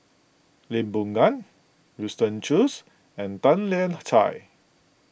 Lee Boon Ngan Winston Choos and Tan Lian Chye